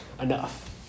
enough